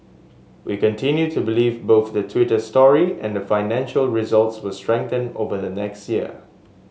we continue to believe both the Twitter story and financial results will strengthen over the next year